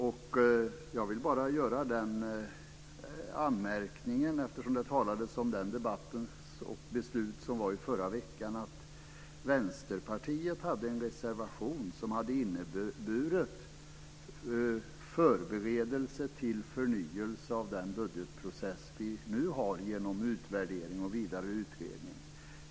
Eftersom det talades om den debatt som fördes och de beslut som fattades i förra veckan vill jag bara göra anmärkningen att Vänsterpartiet hade en reservation som hade inneburit förberedelse till förnyelse av den budgetprocess som vi nu har genom utvärdering och vidare utredning.